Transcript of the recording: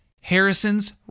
Harrison's